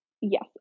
Yes